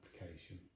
application